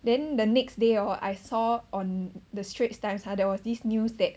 then the next day or I saw on the Straits Times !huh! there was this news that